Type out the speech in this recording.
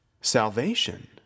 salvation